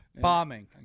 Bombing